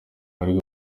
bari